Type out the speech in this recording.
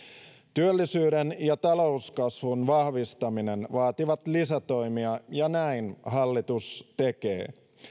työllisyyden ja talouskasvun vahvistaminen vaativat lisätoimia ja näin hallitus tekee